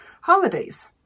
holidays